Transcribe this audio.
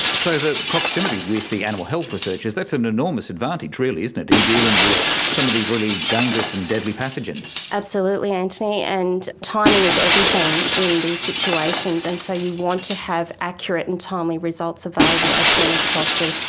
so the proximity with the animal health researchers, that's an enormous advantage really, isn't it, in dealing with some of these really dangerous and deadly pathogens. absolutely antony, and timing is everything in these situations, and so you want to have accurate and timely results available as soon as possible.